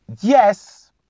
yes